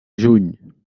juny